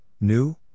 new